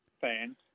fans